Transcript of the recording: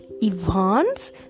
Ivan's